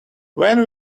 when